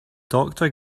doctor